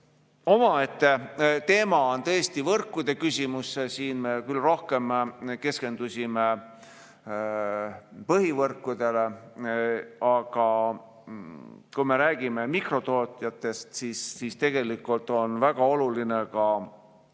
Omaette teema on tõesti võrkude küsimus. Siin me keskendusime küll rohkem põhivõrkudele, aga kui räägime mikrotootjatest, siis tegelikult on väga oluline ka